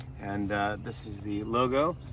and this is the logo.